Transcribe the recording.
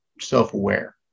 self-aware